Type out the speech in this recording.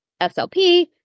SLP